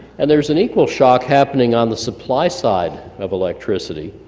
and there's an equal shock happening on the supply side of electricity.